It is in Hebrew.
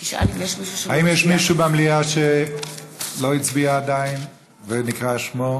האם יש מישהו במליאה שלא הצביע עדיין ולא נקרא שמו?